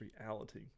reality